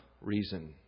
reason